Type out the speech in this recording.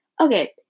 Okay